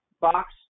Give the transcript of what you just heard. box